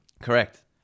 Correct